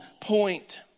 point